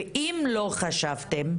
ואם לא חשבתם,